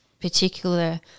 particular